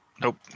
Nope